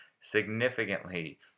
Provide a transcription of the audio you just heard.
significantly